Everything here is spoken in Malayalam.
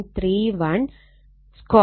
31 2 RL 22